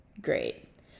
great